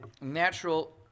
natural